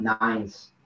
nines